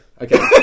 Okay